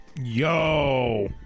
Yo